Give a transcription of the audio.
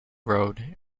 road